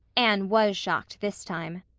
anne was shocked this time.